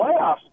playoffs